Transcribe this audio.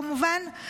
כמובן,